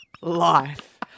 life